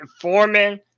Foreman